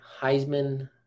Heisman